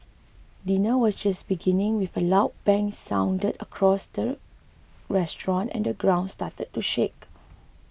dinner was just beginning when a loud bang sounded across the restaurant and the ground started to shake